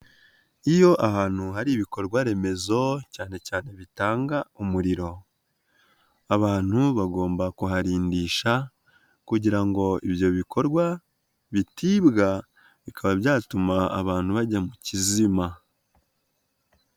Iyo ahantu hari ibikorwa remezo cyane cyane bitanga umuriro, abantu bagomba kuharindisha kugira ngo ibyo bikorwa bitibwa bikaba byatuma abantu bajya mu kizima.